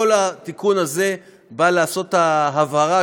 כל התיקון הזה בא לעשות את ההבהרה,